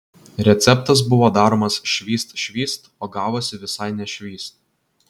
receptas buvo daromas švyst švyst o gavosi visai ne švyst